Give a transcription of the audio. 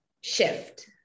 shift